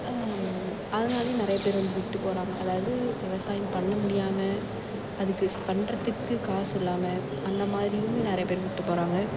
அதனால நிறைய பேர் வந்துட்டு போகிறாங்க அதாவது விவசாயம் பண்ண முடியாமல் அதுக்கு பண்ணுறத்துக்கு காசு இல்லாமல் அந்த மாரிதியுமே நிறைய பேர் விட்டு போகிறாங்க